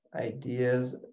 ideas